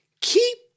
keep